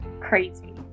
crazy